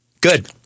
Good